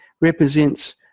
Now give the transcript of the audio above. represents